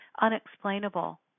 unexplainable